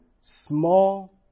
small